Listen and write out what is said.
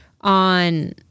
on